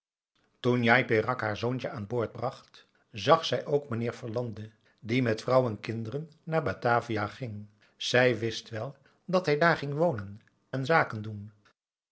njai peraq haar zoontje aan boord bracht zag zij ook mijnheer verlande die met vrouw en kinderen naar batavia ging zij wist wel dat hij daar ging wonen en